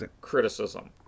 criticism